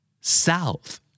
South